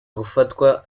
gufatwa